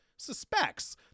suspects